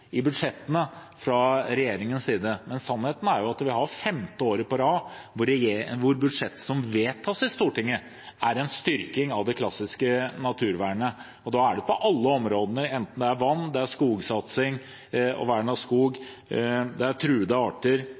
budsjett som vedtas i Stortinget, er en styrking av det klassiske naturvernet. Og da er det på alle områdene, enten det er vann, skogsatsing, vern av skog, truede arter eller de andre områdene innenfor dette feltet. Helt til slutt vil jeg legge vekt på at mye av klimaarbeidet er internasjonalt og nasjonalt, men det er